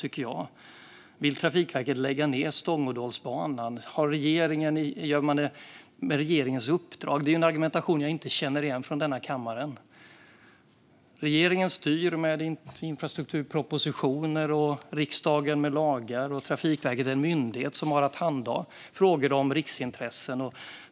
Hon frågar: Vill Trafikverket lägga ned Stångådalsbanan? Gör man det på regeringens uppdrag? Det här är en sorts argumentation som jag inte känner igen här i kammaren. Regeringen styr genom infrastrukturpropositioner, och riksdagen gör det med lagar. Trafikverket är en myndighet som har att handha frågor om riksintressen.